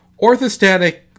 Orthostatic